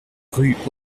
rue